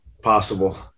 possible